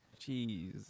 Jeez